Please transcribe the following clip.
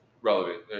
relevant